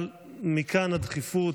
מכאן הדחיפות,